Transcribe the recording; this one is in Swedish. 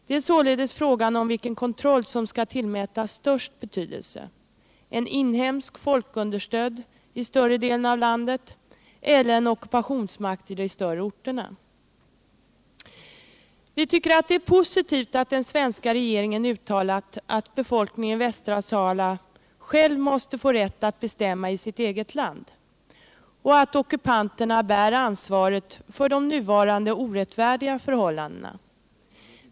Det är således fråga om vilken kontroll som skall tillmätas störst betydelse: en inhemsk folkunderstödd i större delen av landet, eller en ockupationsmakt i de större orterna. Det är positivt att den svenska regeringen uttalat att befolkningen i Västra Sahara själv måste få rätt att bestämma i sitt eget land och att ockupanterna bär ansvaret för de nuvarande orättfärdiga förhållandena.